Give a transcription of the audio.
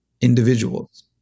individuals